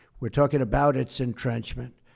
we're talking about its entrenchment.